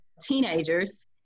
teenagers